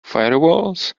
firewalls